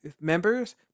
members